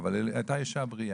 אבל הייתה אישה בריאה.